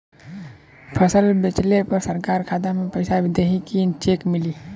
फसल बेंचले पर सरकार खाता में पैसा देही की चेक मिली?